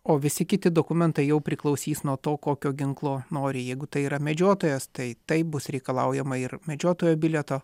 o visi kiti dokumentai jau priklausys nuo to kokio ginklo nori jeigu tai yra medžiotojas tai taip bus reikalaujama ir medžiotojo bilieto